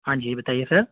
ہاں جی بتائیے سر